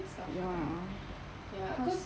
ya cause